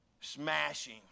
Smashing